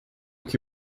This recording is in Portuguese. que